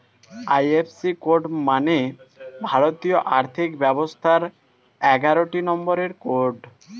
IFC code মানে ভারতীয় আর্থিক ব্যবস্থার এগারোটি নম্বরের কোড